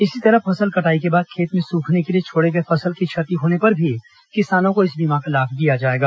इसी तरह फसल कटाई के बाद खेत में सूखने के लिए छोड़े गए फसल की क्षति होने पर भी किसानों को बीमा का लाभ दिया जाएगा